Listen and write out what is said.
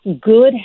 good